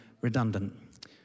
redundant